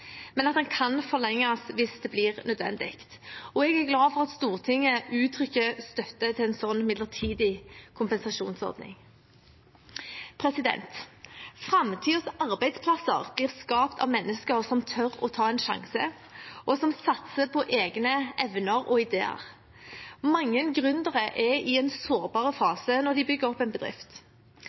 men at den kan forlenges hvis det blir nødvendig. Jeg er glad for at Stortinget uttrykker støtte til en slik midlertidig kompensasjonsordning. Framtidens arbeidsplasser blir skapt av mennesker som tør å ta en sjanse, og som satser på egne evner og ideer. Mange gründere er i en sårbar fase når de bygger opp en bedrift.